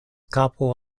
kapo